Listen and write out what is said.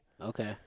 Okay